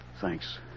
Thanks